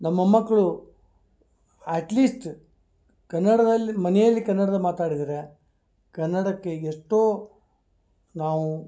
ನಮ್ಮ ಮೊಮ್ಮಕ್ಕಳು ಅಟ್ಲೀಸ್ಟ್ ಕನ್ನಡದಲ್ಲಿ ಮನೆಯಲ್ಲಿ ಕನ್ನಡದಲ್ಲಿ ಮಾತಾಡಿದ್ದರೆ ಕನ್ನಡಕ್ಕೆ ಎಷ್ಟೋ ನಾವು